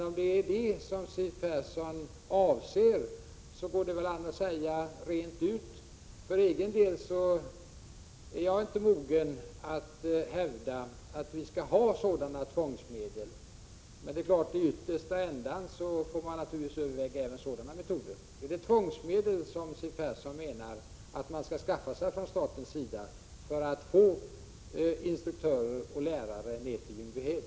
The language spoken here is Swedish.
Om det är detta som Siw Persson avser går det väl an att säga det rent ut. För egen del är jag inte benägen att hävda att vi skall ha sådana tvångsmedel. Men det är klart att i yttersta änden får man överväga även metoder av det slaget. Är det tvångsmedel som Siw Persson menar att man skall skaffa sig från statens sida för att få instruktörer och lärare ned till Ljungbyhed?